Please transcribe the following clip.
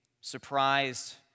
surprised